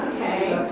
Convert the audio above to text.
Okay